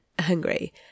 hungry